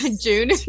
June